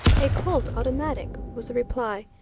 a colt automatic, was the reply.